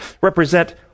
represent